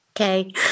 Okay